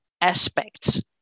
aspects